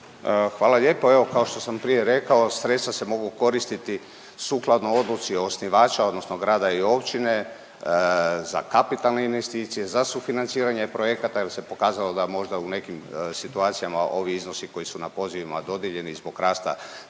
Hvala lijepo. Evo kao što sam prije rekao sredstva se mogu koristiti sukladno odluci osnivača, odnosno grada i općine za kapitalne investicije, za sufinanciranje projekata jer se pokazalo da možda u nekim situacijama ovi iznosi koji su na pozivima dodijeljeni zbog rasta